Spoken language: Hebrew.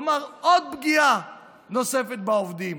כלומר פגיעה נוספת בעובדים.